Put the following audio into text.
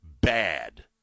bad